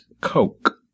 Coke